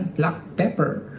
black pepper